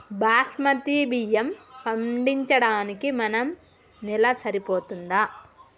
బాస్మతి బియ్యం పండించడానికి మన నేల సరిపోతదా?